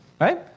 Right